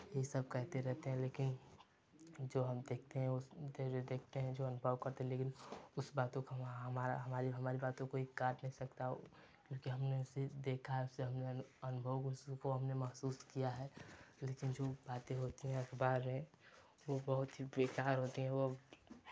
ये सब कहते रहते हैं लेकिन जो हम देखते हैं जो उस जो देखते हैं जो अनुभव करते हैं लेकिन उस बातों का हमा हमारी हमारी बातों को कोई काट नहीं सकता क्योंकि हमने उसे देखा है उसे हमने अनु अनुभव उसको हमने महसूस किया है लेकिन जो बाते होती हैं अखबार में वो बहुत ही बेकार होती हैं वो